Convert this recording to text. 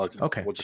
Okay